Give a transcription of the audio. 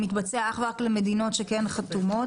מתבצע אך ורק למדינות שכן חתומות.